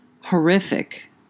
horrific